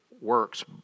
works